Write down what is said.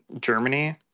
Germany